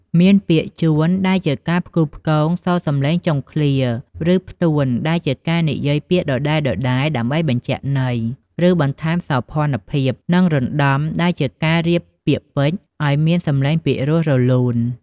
មាន ពាក្យជួន ដែលជាការផ្គូផ្គងសូរសំឡេងចុងឃ្លា ឬ ផ្ទួនដែលជាការនិយាយពាក្យដដែលៗដើម្បីបញ្ជាក់ន័យ ឬបន្ថែមសោភ័ណភាព និង រណ្តំ ដែលជាការរៀបពាក្យពេចន៍ឱ្យមានសំឡេងពីរោះរលូន។